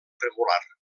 regular